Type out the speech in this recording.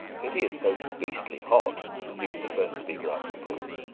pity it's so beastly hot, resumed the first speaker after a pause.